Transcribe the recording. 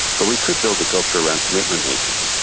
but we could build a culture around commitment making,